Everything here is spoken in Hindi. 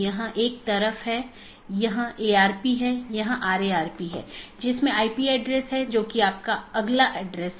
यह एक शब्दावली है या AS पाथ सूची की एक अवधारणा है